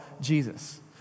Jesus